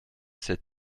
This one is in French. cet